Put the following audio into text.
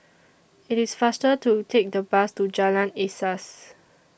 IT IS faster to Take The Bus to Jalan Asas